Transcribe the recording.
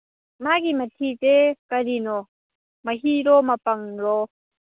ꯃꯥꯒꯤ ꯃꯊꯤꯁꯦ ꯀꯔꯤꯅꯣ ꯃꯍꯤꯔꯣ ꯃꯄꯪꯂꯣ